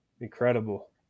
Incredible